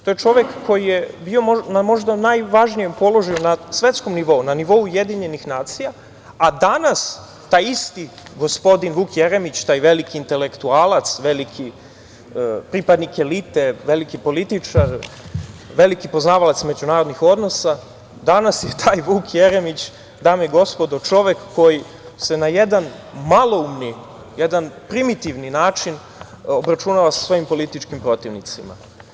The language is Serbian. To je čovek koji je bio na možda najvažnijem položaju na svetskom nivou, na nivou UN, a danas taj isti gospodin Vuk Jeremić, taj veliki intelektualac, pripadnik elite, veliki političar, veliki poznavalac međunarodnih odnosa, danas je taj Vuk Jeremić, dame i gospodo, čovek koji se na jedan maloumni, primitivni način obračunava sa svojim političkim protivnicima.